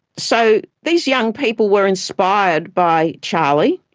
so these young people were inspired by charlie,